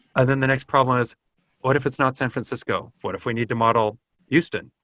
and then the next problem is what if it's not san francisco? what if we need to model houston?